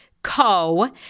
Co